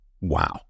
wow